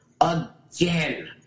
again